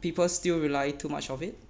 people still rely too much of it